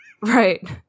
Right